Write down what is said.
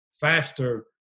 faster